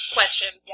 Question